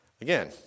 Again